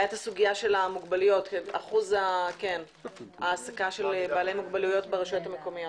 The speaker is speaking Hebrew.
הייתה הסוגיה של אחוז ההעסקה של אנשים עם מוגבלויות ברשויות המקומיות.